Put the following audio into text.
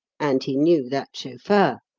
and he knew that chauffeur.